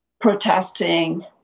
protesting